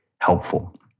helpful